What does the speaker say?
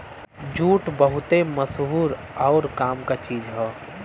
jute बहुते मसहूर आउर काम क चीज हौ